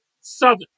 Southern